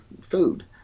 food